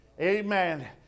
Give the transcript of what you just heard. Amen